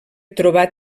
trobar